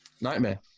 nightmare